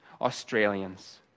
Australians